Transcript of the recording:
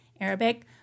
Arabic